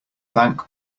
bank